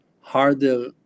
harder